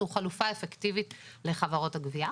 הוא חלופה אפקטיבית לחברות הגבייה.